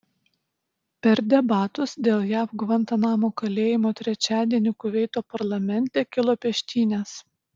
per debatus dėl jav gvantanamo kalėjimo trečiadienį kuveito parlamente kilo peštynės